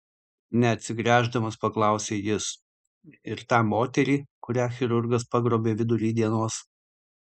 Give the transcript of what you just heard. neatsigręždamas paklausė jis ir tą moterį kurią chirurgas pagrobė vidury dienos